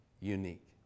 unique